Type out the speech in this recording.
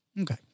Okay